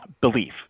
belief